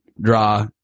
draw